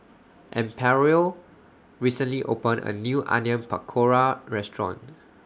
Amparo recently opened A New Onion Pakora Restaurant